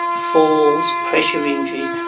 falls, pressure injuries,